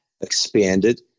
expanded